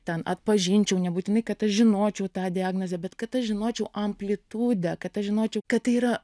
ten atpažinčiau nebūtinai kad aš žinočiau tą diagnozę bet kad aš žinočiau amplitudę kad aš žinočiau kad tai yra